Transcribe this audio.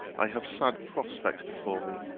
i have sad prospects before me!